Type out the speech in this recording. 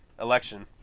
election